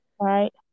right